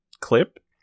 clip